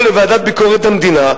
או לוועדה לביקורת המדינה,